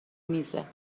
میزه